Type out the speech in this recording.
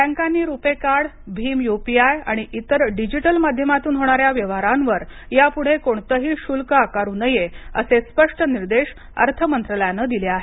बँकांनी रूपे कार्ड भीम युपीआय आणि इतर डिजिटल माध्यमातून होणाऱ्या व्यवहारांवर यापुढेही कोणतंही शुल्क आकारू नये असे स्पष्ट निर्देश अर्थ मंत्रालयाने दिले आहेत